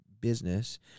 business